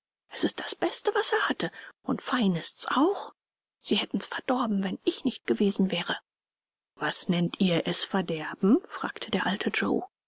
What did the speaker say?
es ist das beste was er hatte und fein ist's auch sie hätten's verdorben wenn ich nicht gewesen wäre was nennt ihr es verderben fragte der alte joe